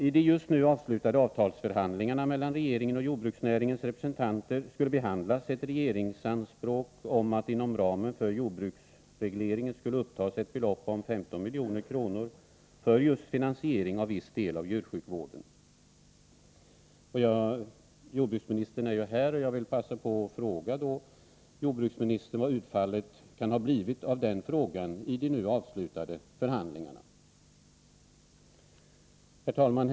I de just avslutade avtalsförhandlingarna mellan regeringen och jordbruksnäringens representanter skulle behandlas ett regeringsanspråk om att inom ramen för jordbruksregleringen skulle upptas ett belopp om 15 milj.kr. för just finansiering av en viss del av djursjukvården. Jordbruksministern är här, och jag vill passa på att fråga honom vad utfallet kan ha blivit på den punkten i de nu avslutade förhandlingarna. Herr talman!